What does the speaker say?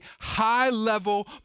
high-level